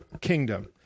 kingdom